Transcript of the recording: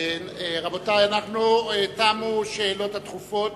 רבותי, תמו השאלות הדחופות